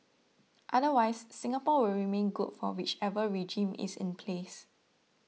otherwise Singapore will remain good for whichever regime is in place